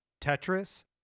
Tetris